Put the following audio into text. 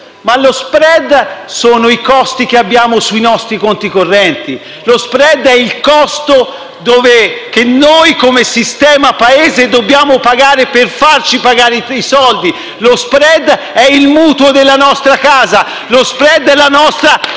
Lo *spread* sono i costi che abbiano sui nostri conti corrente; lo *spread* è il costo che noi, come sistema Paese, dobbiamo pagare per farci pagare quei soldi, lo *spread* è il mutuo della nostra casa; lo *spread* è la nostra